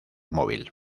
móvil